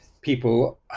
people